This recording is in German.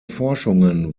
forschungen